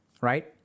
Right